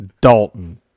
Dalton